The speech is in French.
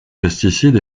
pesticides